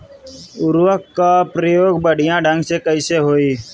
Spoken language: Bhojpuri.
उर्वरक क प्रयोग बढ़िया ढंग से कईसे होई?